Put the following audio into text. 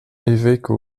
évêque